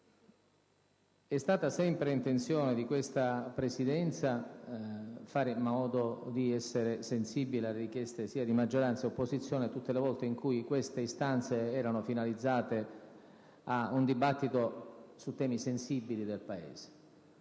È stata sempre intenzione di questa Presidenza fare in modo di essere sensibile alle richieste sia di maggioranza che di opposizione tutte le volte in cui queste istanze erano finalizzate a un dibattito su temi sensibili del Paese.